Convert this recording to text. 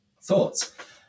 thoughts